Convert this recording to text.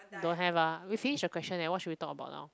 don't have lah we finish the question leh what should we talk about now